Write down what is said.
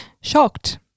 shocked